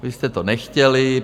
Vy jste to nechtěli.